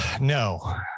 No